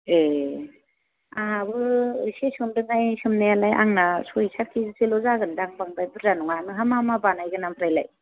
ए आंहाबो एसे सोमदेरबाय सोमनायालाय आंना सय साथ केजिसोल' जागोनदां बांद्राय बुरजा नङा नोंहा मा मा बानायगोन ओमफ्रायलाय